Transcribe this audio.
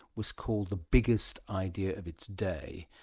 was called the biggest idea of its day.